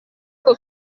uko